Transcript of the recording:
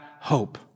hope